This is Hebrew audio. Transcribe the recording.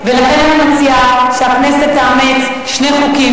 ולכן אני מציעה שהכנסת תאמץ שני חוקים,